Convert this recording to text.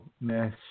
Mesh